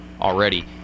already